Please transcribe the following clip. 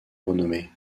renommée